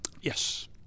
Yes